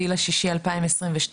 7.6.2022,